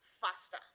faster